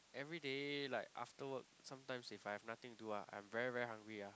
everyday like after work sometimes if I have nothing do ah I'm very very hungry ah